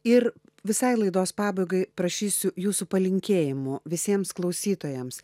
ir visai laidos pabaigai prašysiu jūsų palinkėjimų visiems klausytojams